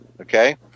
Okay